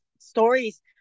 stories